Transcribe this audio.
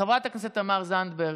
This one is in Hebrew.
חברת הכנסת תמר זנדברג,